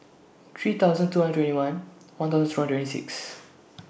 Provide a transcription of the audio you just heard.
three thousand two hundred twenty one one thousand two hundred six